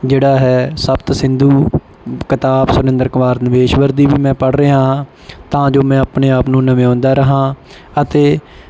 ਜਿਹੜਾ ਹੈ ਸਪਤ ਸਿੰਧੂ ਕਿਤਾਬ ਸੁਰਿੰਦਰ ਕੁਮਾਰ ਨਿਵੇਸ਼ਵਰ ਦੀ ਵੀ ਮੈਂ ਪੜ੍ਹ ਰਿਹਾ ਹਾਂ ਤਾਂ ਜੋ ਮੈਂ ਆਪਣੇ ਆਪ ਨੂੰ ਨਵਿਆਉਂਦਾ ਰਹਾਂ ਅਤੇ